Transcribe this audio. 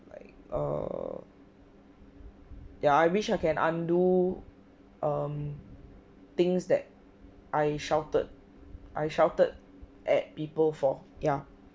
like err ya I wish I can undo um things that I shouted I shouted at people for ya